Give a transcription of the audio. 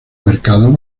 mercados